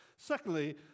Secondly